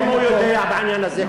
אם הוא יודע בעניין הזה,